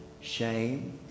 shame